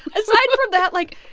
aside from that, like,